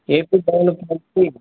AP డెవలప్మెంట్కి